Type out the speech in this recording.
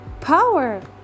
Power